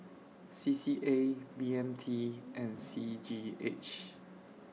C C A B M T and C G H